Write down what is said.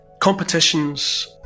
competitions